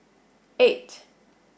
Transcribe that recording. eight